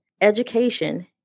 education